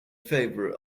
favour